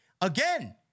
Again